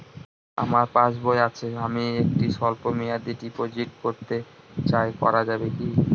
আমার পাসবই আছে আমি একটি স্বল্পমেয়াদি ডিপোজিট করতে চাই করা যাবে কি?